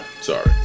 Sorry